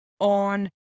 on